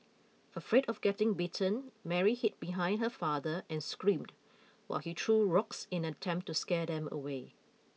afraid of getting bitten Mary hid behind her father and screamed while he threw rocks in an attempt to scare them away